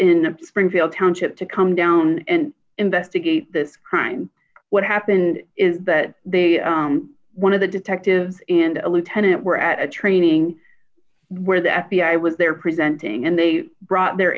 in springfield township to come down and investigate this crime what happened is that they one of the detectives and a lieutenant were at a training where the f b i was there presenting and they brought their